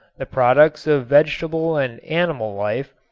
the products of vegetable and animal life,